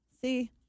See